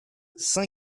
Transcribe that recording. saint